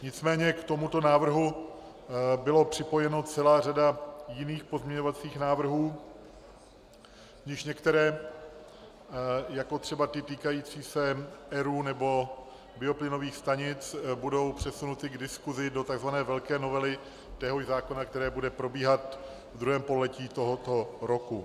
Nicméně k tomuto návrhu byla připojena celá řada jiných pozměňovacích návrhů, z nichž některé, jako třeba ty týkající se ERÚ nebo bioplynových stanic, budou přesunuty k diskusi do tzv. velké novely téhož zákona, která bude probíhat v druhém pololetí tohoto roku.